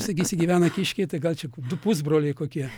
sakysi gyvena kiškiai tai gal čia du pusbroliai kokie